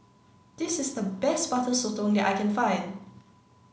this is the best Butter Sotong that I can find